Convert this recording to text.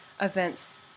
events